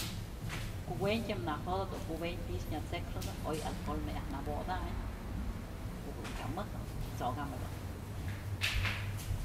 Ku'u wentyë na'a jodëp o ko'o wëntyë ti'inya t'sëkxëdë oy alcohol nëyaj nëbodayn o ko'o dunkya mëjë y t'sokambë jedun.